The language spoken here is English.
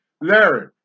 Larry